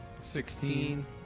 sixteen